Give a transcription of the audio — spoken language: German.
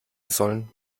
sollen